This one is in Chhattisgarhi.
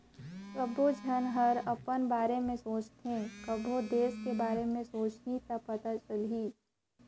सबो झन हर अपन बारे में सोचथें कभों देस के बारे मे सोंचहि त पता चलही